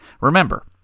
Remember